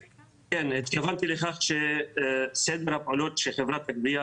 התכוונתי לכך שסדר הפעולות שחברת הגבייה